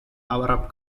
arab